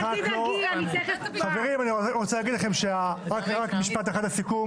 חברים, משפט אחד לסיכום.